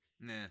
Nah